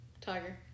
Tiger